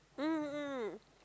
mm mm